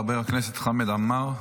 חבר הכנסת חמד עמאר,